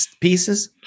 pieces